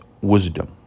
wisdom